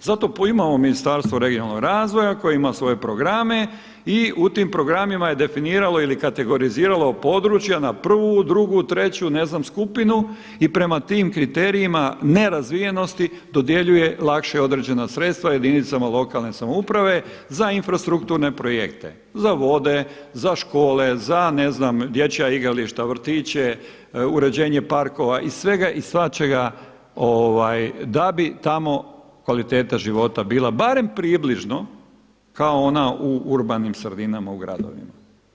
zato i imamo Ministarstvo regionalnog razvoja koje ima svoje programe i u tim programima je definiralo ili kategoriziralo područja na prvu, drugu, treću ne znam skupinu i prema tim kriterijima nerazvijenosti dodjeljuje lakše određena sredstva jedinica lokalne samouprave za infrastrukturne projekte, za vode, za škole, za ne znam dječja igrališta, vrtiće, uređenje parkova i svega i svačega da bi tamo kvaliteta života bila barem približno kao ona u urbanim sredinama u gradovima.